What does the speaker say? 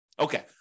Okay